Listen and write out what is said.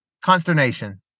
consternation